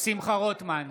שמחה רוטמן,